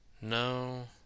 No